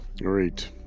Great